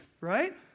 right